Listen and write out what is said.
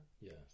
Yes